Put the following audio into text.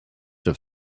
have